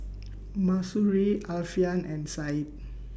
Mahsuri Alfian and Said